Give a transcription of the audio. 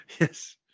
yes